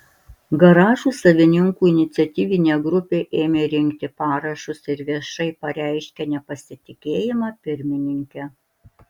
garažų savininkų iniciatyvinė grupė ėmė rinkti parašus ir viešai pareiškė nepasitikėjimą pirmininke